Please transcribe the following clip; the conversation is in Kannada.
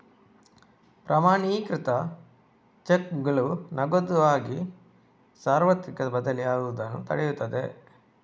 ಪ್ರಮಾಣೀಕೃತ ಚೆಕ್ಗಳು ನಗದುಗಾಗಿ ಸಾರ್ವತ್ರಿಕ ಬದಲಿಯಾಗುವುದನ್ನು ತಡೆಯುತ್ತದೆ